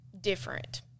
different